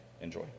enjoy